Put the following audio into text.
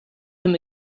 him